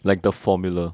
like the formula